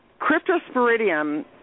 cryptosporidium